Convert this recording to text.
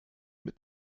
mit